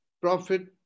profit